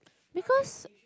because